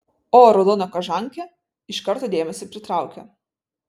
o raudona kožankė iš karto dėmesį pritraukia